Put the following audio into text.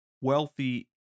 wealthy